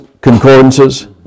concordances